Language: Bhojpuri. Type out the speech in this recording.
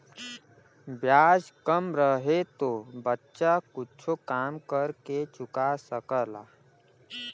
ब्याज कम रहे तो बच्चा कुच्छो काम कर के चुका सकला